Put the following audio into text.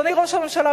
אדוני ראש הממשלה,